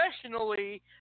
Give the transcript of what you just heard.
professionally